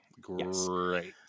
great